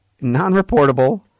non-reportable